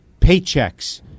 paychecks